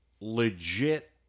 legit